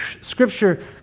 Scripture